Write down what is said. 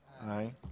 Aye